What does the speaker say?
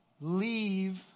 leave